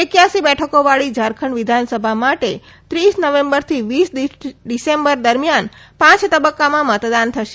એક્યાંસી બેઠકોવાળી ઝારખંડ વિધાનસભા માટે ત્રીસ નવેમ્બરથી વીસ ડિસેમ્બર દરમિયાન પાંચ તબક્કામાં મતદાન થશે